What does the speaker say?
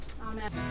Amen